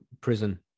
prison